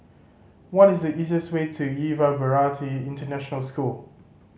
what is the easiest way to Yuva Bharati International School